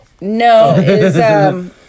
No